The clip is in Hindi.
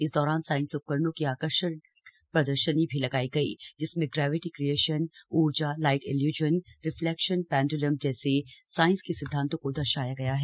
इस दौरान साइंस उपकरणों की आकर्षक प्रदर्शनी भी लगाई गई जिसमें ग्रेविटी क्रिएशन ऊर्जा लाइट इल्यूजन रिफलेक्शन पेंड्लम जैसे सांइस के सिद्धांतों को दर्शाया गया है